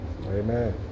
Amen